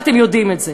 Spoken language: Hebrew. ואתם יודעים את זה.